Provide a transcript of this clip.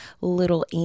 little